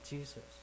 Jesus